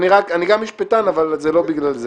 אני גם משפטן, אבל זה לא בגלל זה.